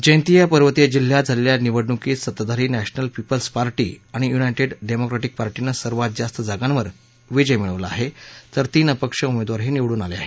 जैंतिया पर्वतीय जिल्ह्यात झालेल्या निवडणुकीत सत्ताधारी नश्रमल पीपल्स पार्पी आणि युनाय क्र डेमोक्रीक्रि पार्शिन सर्वात जास्त जागांवर विजय मिळवला आहे तर तीन अपक्ष उमेदवारही निवडून आले आहेत